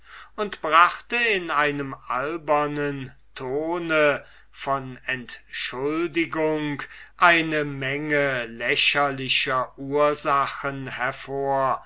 und brachte in einem albernen ton von entschuldigung eine menge lächerlicher ursachen hervor